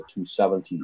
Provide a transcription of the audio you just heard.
270